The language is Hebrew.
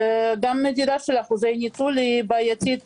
גם מדידת אחוזי ניצול היא בעייתית,